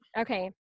Okay